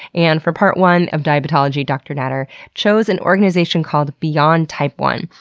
and for part one of diabetology, dr. natter chose an organization called beyond type one.